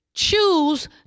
choose